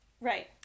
Right